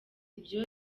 ibyo